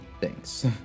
thanks